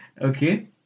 Okay